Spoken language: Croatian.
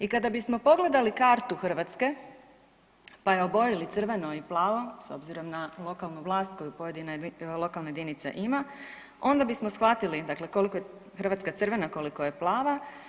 I kada bismo pogledali kartu Hrvatske, pa je obojali crveno i plavo, s obzirom na lokalnu vlast koju pojedina lokalna jedinica ima, onda bismo shvatili dakle koliko je Hrvatska crvena koliko je plava.